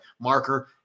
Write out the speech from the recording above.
marker